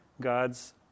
God's